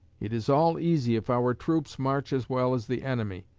it is all easy if our troops march as well as the enemy,